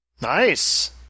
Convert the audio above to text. Nice